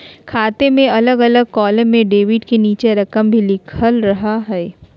खाते में अलग अलग कालम में डेबिट के नीचे रकम भी लिखल रहा हइ